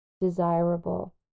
desirable